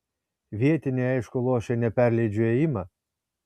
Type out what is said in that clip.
vietiniai aišku lošia ne perleidžiu ėjimą